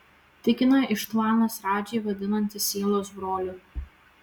tikina ištvanas radžį vadinantis sielos broliu